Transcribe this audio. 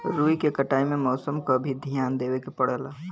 रुई के कटाई में मौसम क भी धियान देवे के पड़ेला